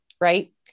Right